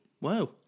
wow